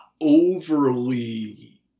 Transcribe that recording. overly